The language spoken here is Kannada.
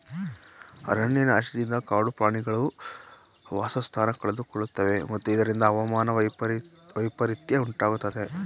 ಅರಣ್ಯನಾಶದಿಂದ ಕಾಡು ಪ್ರಾಣಿಗಳು ವಾಸಸ್ಥಾನ ಕಳೆದುಕೊಳ್ಳುತ್ತವೆ ಮತ್ತು ಇದರಿಂದ ಹವಾಮಾನ ವೈಪರಿತ್ಯ ಉಂಟಾಗುತ್ತದೆ